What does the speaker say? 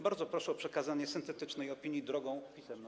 Bardzo proszę o przekazanie syntetycznej opinii drogą pisemną.